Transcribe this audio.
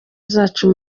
zacu